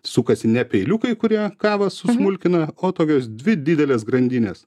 sukasi ne peiliukai kurie kavą susmulkina o tokios dvi didelės grandinės